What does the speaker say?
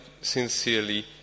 sincerely